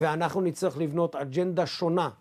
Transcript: ואנחנו נצטרך לבנות אג'נדה שונה.